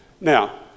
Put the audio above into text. now